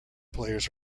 players